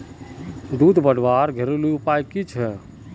दूध बढ़वार घरेलू उपाय की छे?